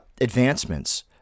advancements